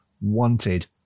wanted